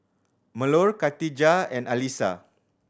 Melur Khatijah and Alyssa